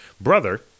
Brother